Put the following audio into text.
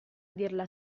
dirla